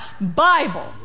Bible